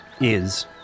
Is